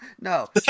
No